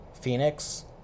Phoenix